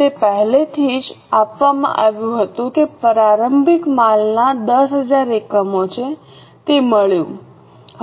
તે પહેલેથી જ આપવામાં આવ્યું હતું કે પ્રારંભિક માલના 10000 એકમો છે તે મળ્યું